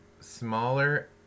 smaller